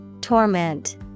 torment